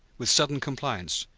with sudden compliance,